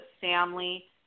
family